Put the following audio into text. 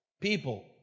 people